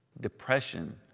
depression